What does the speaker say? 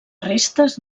restes